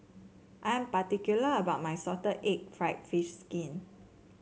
I am particular about my Salted Egg fried fish skin